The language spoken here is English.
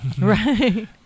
Right